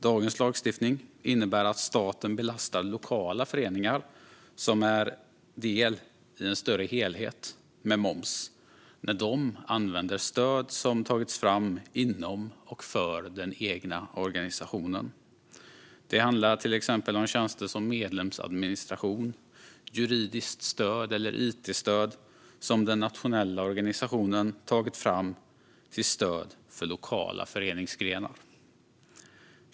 Dagens lagstiftning innebär att staten belastar lokala föreningar som är del i en större helhet med moms när de använder stöd som har tagits fram inom och för den egna organisationen. Det handlar till exempel om tjänster som medlemsadministration, juridiskt stöd eller it-stöd som den nationella organisationen har tagit fram till stöd för lokala föreningsgrenar.